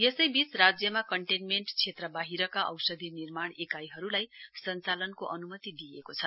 यसैबीच राज्यमा कन्टेन्मेण्ट क्षेत्र बाहिरका औषधी निर्माण इकाइहरूलाई सञ्चालनको अनुमति दिइएको छ